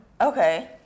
Okay